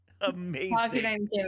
Amazing